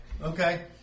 Okay